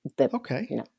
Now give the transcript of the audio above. Okay